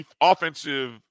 Offensive